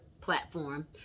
platform